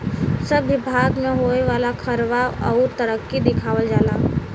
सब बिभाग मे होए वाला खर्वा अउर तरक्की दिखावल जाला